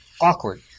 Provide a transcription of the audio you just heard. awkward